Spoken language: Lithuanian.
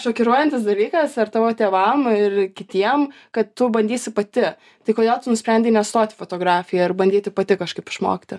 šokiruojantis dalykas ar tavo tėvam ir kitiem kad tu bandysi pati tai kodėl tu nusprendei nestot į fotografiją ar bandyti pati kažkaip išmokti